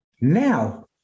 now